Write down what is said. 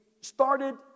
started